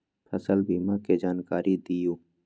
फसल बीमा के जानकारी दिअऊ?